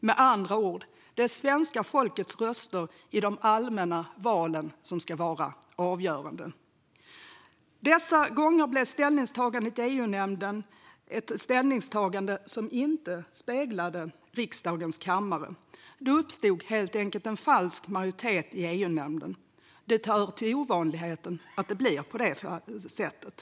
Med andra ord: Det är svenska folkets röster i de allmänna valen som ska vara avgörande. Dessa gånger blev det ställningstaganden i EU-nämnden som inte speglade riksdagens kammare. Det uppstod helt enkelt en falsk majoritet i EU-nämnden. Det hör till ovanligheterna att det blir på det sättet.